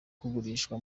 kugurishwa